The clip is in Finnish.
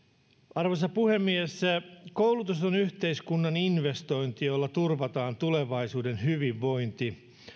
arvoisa puhemies koulutus on yhteiskunnan investointi jolla turvataan tulevaisuuden hyvinvointi